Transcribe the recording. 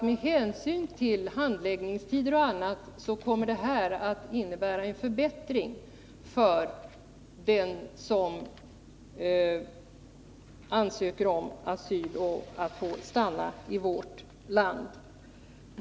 Med hänsyn till handläggningstider och annat tror jag att de nya reglerna kommer att innebära en förbättring för den som ansöker om asyl och om att få stanna i vårt land.